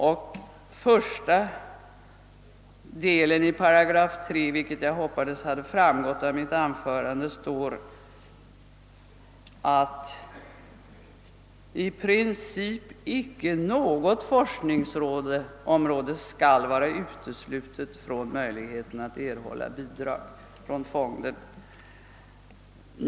I första delen av 3 § står — vilket jag hoppades hade framgått av mitt anförande — att i princip icke något forskningsområde skall vara uteslutet från möjligheterna att erhålla bidrag från fonden.